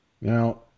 Now